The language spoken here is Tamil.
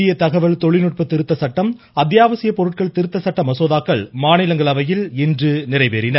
இந்திய தகவல் தொழில்நுட்ப திருத்த சட்டம் அத்யாவசிய பொருட்கள் திருத்த சட்ட மசோதாக்கள் மாநிலங்களவையில் இன்று நிறைவேறின